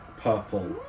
purple